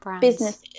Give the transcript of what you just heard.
businesses